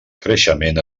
creixement